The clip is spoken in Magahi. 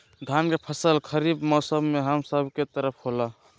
धान के फसल खरीफ मौसम में हम सब के तरफ होला